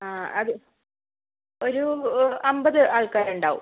ആ അത് ഒരൂ അമ്പത് ആൾക്കാരുണ്ടാവും